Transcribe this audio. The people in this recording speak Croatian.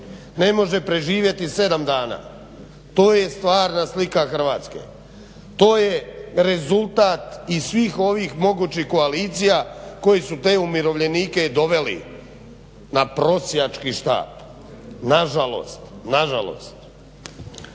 ne može preživjeti sedam dana. To je stvarna slika Hrvatske. To je rezultat i svih ovih mogućih koalicija koji su te umirovljenike i doveli na prosjački štap, nažalost, nažalost.